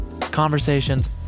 Conversations